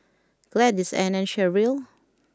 Gladis Anne and Sherryl